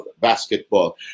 basketball